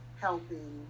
helping